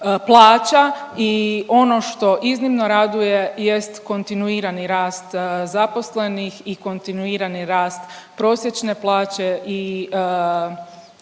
plaća i ono što iznimno raduje jest kontinuirani rast zaposlenih i kontinuirani rast prosječne plaće i